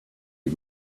you